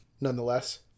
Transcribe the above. nonetheless